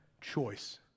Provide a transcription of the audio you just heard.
choice